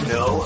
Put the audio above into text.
no